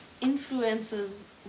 influences